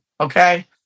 Okay